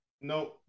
No